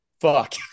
fuck